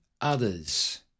others